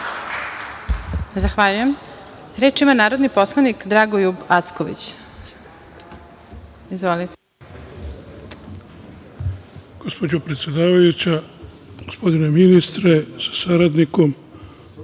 Zahvaljujem. Reč ima narodni poslanik Dragoljub Acković. Izvolite.